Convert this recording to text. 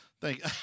Thank